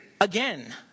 again